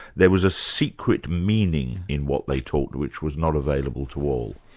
there was a secret meaning in what they taught, which was not available to all.